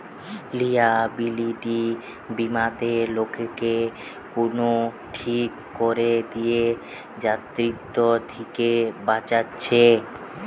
liability বীমাতে লোককে কুনো ঠিক কোরে দিয়া দায়িত্ব থিকে বাঁচাচ্ছে